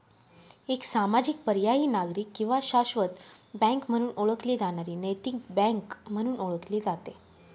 एक सामाजिक पर्यायी नागरिक किंवा शाश्वत बँक म्हणून ओळखली जाणारी नैतिक बँक म्हणून ओळखले जाते